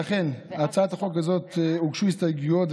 להצעת החוק הזאת הוגשו הסתייגויות,